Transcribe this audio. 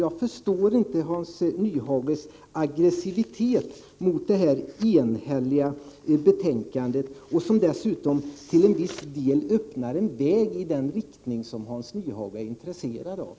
Jag förstår inte Hans Nyhages aggressivitet mot detta enhälliga betänkande, där det dessutom till en viss del öppnas en vägi den riktning som Hans Nyhage är intresserad av.